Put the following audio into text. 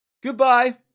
Goodbye